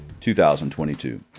2022